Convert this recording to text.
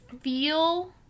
feel